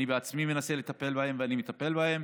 אני בעצמי מנסה לטפל בהן ואני מטפל בהן.